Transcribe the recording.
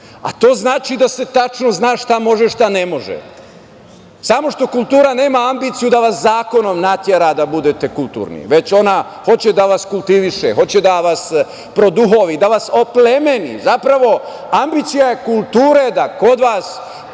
a to znači da se tačno zna šta može, šta ne može. Samo što kultura nema ambiciju da vas zakonom natera da budete kulturni, već ona hoće da vas kultiviše, hoće da vas produhovi, da vas oplemeni. Zapravo, ambicija kulture je da kod vas